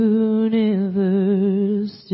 universe